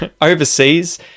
overseas